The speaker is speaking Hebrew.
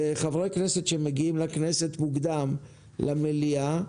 וחברי כנסת שמגיעים לכנסת מוקדם למליאה,